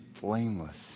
blameless